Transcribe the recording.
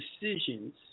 decisions